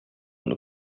nos